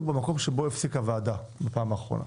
במקום שבו הפסיקה הוועדה בפעם האחרונה,